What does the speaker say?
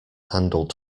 handled